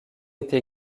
été